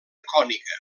cònica